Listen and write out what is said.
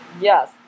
Yes